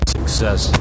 success